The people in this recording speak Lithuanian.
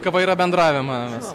kava yra bendravimas